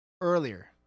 earlier